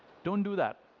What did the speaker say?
don't do that.